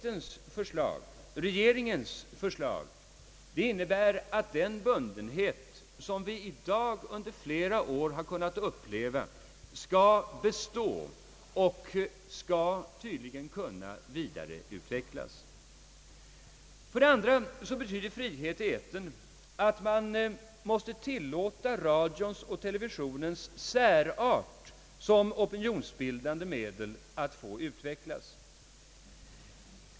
Regeringens förslag innebär, att den bundenhet som vi under flera år upplevt består och tydligen kommer att vidareutvecklas. För det andra betyder frihet i etern att man måste tillåta radions och televisionens särart som opinionsbildande medel att få utvecklas.